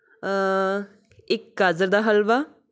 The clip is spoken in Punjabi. ਇੱਕ ਗਾਜਰ ਦਾ ਹਲਵਾ